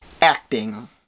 Acting